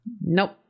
Nope